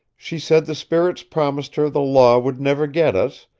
she said the spirits promised her the law would never get us,